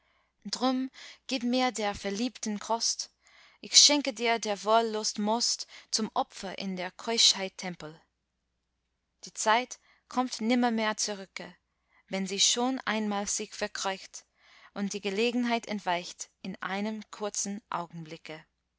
drum gib mir der verliebten kost ich schenke dir der wollust most zum opfer in der keuschheit tempel die zeit kommt nimmermehr zurücke wenn sie schon einmal sich verkreucht und die gelegenheit entweicht in einem kurzen augenblicke